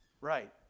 Right